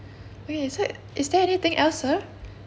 wait is it is there anything else sir